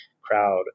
crowd